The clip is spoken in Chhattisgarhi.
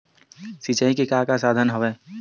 सिंचाई के का का साधन हवय?